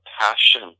passion